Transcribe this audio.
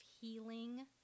healing